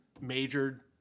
majored